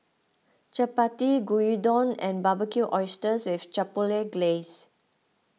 Chapati Gyudon and Barbecued Oysters with Chipotle Glaze